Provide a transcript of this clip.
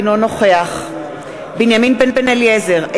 אינו נוכח בנימין בן-אליעזר,